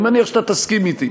אני מניח שאתה תסכים אתי.